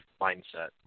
mindset